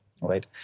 right